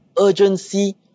urgency